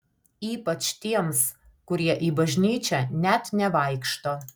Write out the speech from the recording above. ypač tiems kurie į bažnyčią net nevaikšto